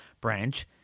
branch